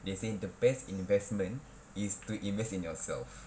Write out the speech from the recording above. they say the best investment is to invest in yourself